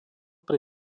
pri